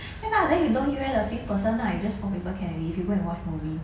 对啦 then you don't 约 the fifth person lah you just four people can already if you go and watch movie